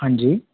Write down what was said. हाँ जी